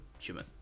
human